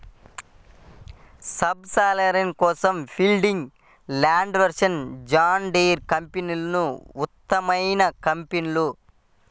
sub soiler కోసం Fieldking, Landforce, John Deere కంపెనీలు ఉత్తమమైన కంపెనీలు